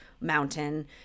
mountain